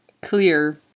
clear